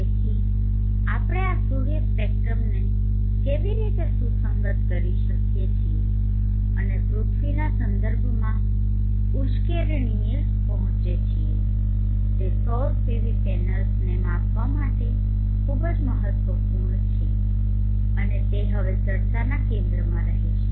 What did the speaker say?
તેથી આપણે આ સૂર્ય સ્પેક્ટ્રમને કેવી રીતે સુસંગત કરી શકીએ છીએ અને પૃથ્વીના સંદર્ભમાં ઉશ્કેરણીએ પહોંચીએ છીએ તે સૌર PV પેનલ્સને માપવા માટે ખૂબ જ મહત્વપૂર્ણ છે અને તે હવે ચર્ચાના કેન્દ્રમાં રહેશે